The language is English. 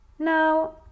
Now